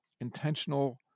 intentional